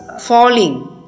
falling